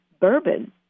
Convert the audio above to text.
bourbon